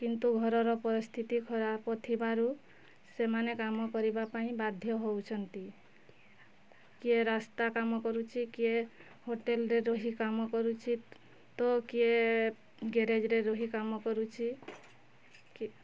କିନ୍ତୁ ଘରର ପରିସ୍ଥିତି ଖରାପ ଥିବାରୁ ସେମାନେ କାମ କରିବା ପାଇଁ ବାଧ୍ୟ ହେଉଛନ୍ତି କିଏ ରାସ୍ତା କାମ କରୁଛି କିଏ ହୋଟେଲ୍ରେ ରହି କାମ କରୁଛି ତ କିଏ ଗ୍ୟାରେଜ୍ରେ ରହି କାମ କରୁଛି କି